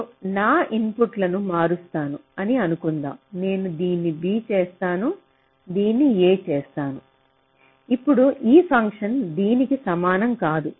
నేను నా ఇన్పుట్లను మారుస్తాను అని అనుకుందాం నేను దీన్ని B చేస్తాను దీన్ని A చేస్తాను ఇప్పుడు ఈ ఫంక్షన్ దీనికి సమానం కాదు